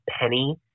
Penny